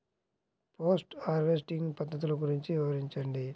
Post harvesting పద్ధతులు గురించి వివరించండి?